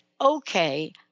Okay